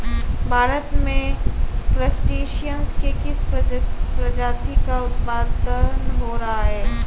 भारत में क्रस्टेशियंस के किस प्रजाति का उत्पादन हो रहा है?